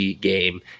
game